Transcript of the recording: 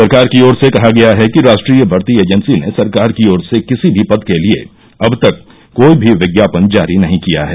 सरकार की ओर से कहा गया है कि राष्ट्रीय भर्ती एजेन्सी ने सरकार की ओर से किसी भी पद के लिए अब तक कोई भी विज्ञापन जारी नहीं किया है